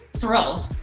thrilled.